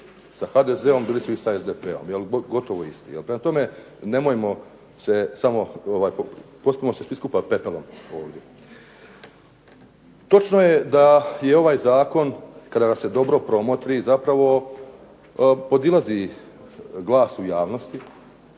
sa HDZ-om bili su i sa SDP-om gotovo isti. Prema tome, nemojmo se samo ... /Govornik se ne razumije./ ... Točno je da je ovaj zakon kada ga se dobro promotri zapravo podizali glasu javnosti.